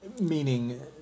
meaning